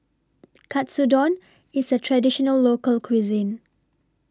Katsudon IS A Traditional Local Cuisine